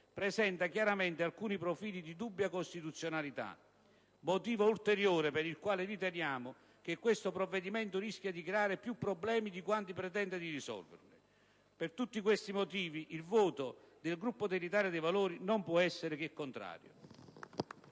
presenta chiaramente alcuni profili di dubbia costituzionalità: motivo ulteriore per il quale riteniamo che questo provvedimento rischia di creare più problemi di quanti pretenda di risolverne. Per tutti questi motivi, il voto del Gruppo Italia dei Valori non può essere che contrario.